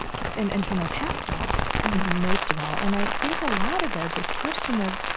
and and from our past selves most of all. and i think a lot about this question of,